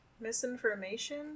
Misinformation